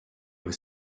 was